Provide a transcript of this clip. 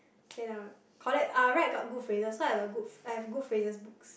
then I'll collect ah write good phrases so I have a good I have a good phrases book